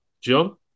John